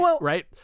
right